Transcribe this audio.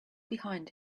behind